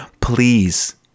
please